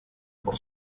por